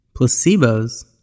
placebos